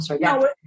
No